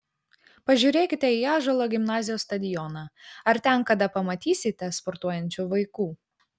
pažiūrėkite į ąžuolo gimnazijos stadioną ar ten kada pamatysite sportuojančių vaikų